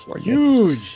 Huge